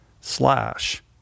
slash